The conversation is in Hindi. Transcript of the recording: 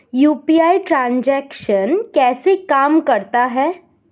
यू.पी.आई ट्रांजैक्शन कैसे काम करता है?